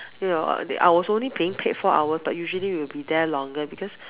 ya that I was only being paid four hours but usually we'll be there longer because